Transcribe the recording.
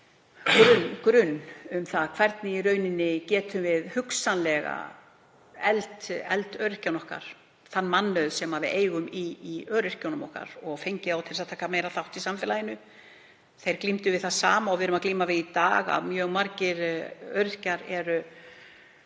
upp grunn að því hvernig við getum hugsanlega eflt öryrkjana okkar, þann mannauð sem við eigum í öryrkjunum okkar, og fengið þá til að taka meiri þátt í samfélaginu. Þeir glímdu við það sama og við erum að glíma við í dag, að mjög margir öryrkjar eru